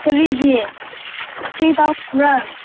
ꯀꯔꯤꯒꯤ ꯀꯔꯤ ꯇꯧꯕ꯭ꯔꯥ